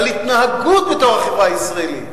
על התנהגות בתוך החברה הישראלית.